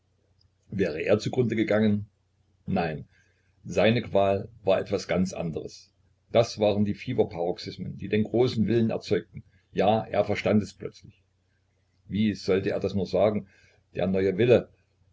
wäre er zu grunde gegangen nein seine qual war etwas ganz anderes das waren die fieberparoxysmen die den großen willen erzeugten ja er verstand es plötzlich wie solle er das nur sagen der neue wille